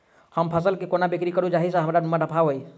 हम फसल केँ कोना बिक्री करू जाहि सँ हमरा मुनाफा होइ?